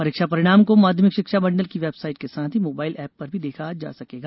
परीक्षा परिणाम को माध्यमिक शिक्षा मंडल की वेबसाइट के साथ ही मोबाइल एप पर भी देखा जा सकेगा